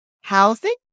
housing